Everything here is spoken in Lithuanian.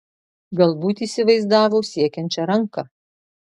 galbūt įsivaizdavo siekiančią ranką